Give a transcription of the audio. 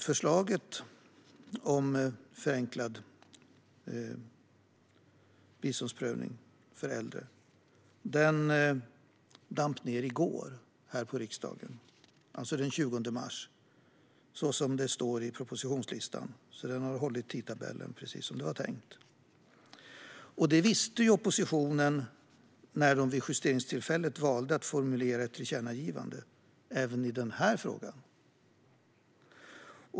Förslaget om förenklad biståndsprövning för äldre lades på riksdagens bord i går - den 20 mars, så som det står i propositionslistan. Man har alltså hållit tidtabellen. Detta visste oppositionen när man vid justeringstillfället valde att formulera ett tillkännagivande även i denna fråga.